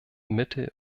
mittel